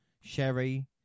Sherry